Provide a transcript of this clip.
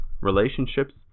relationships